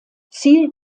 ziel